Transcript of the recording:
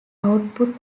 output